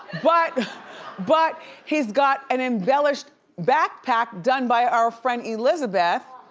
but but he's got an embellished backpack done by our friend elizabeth.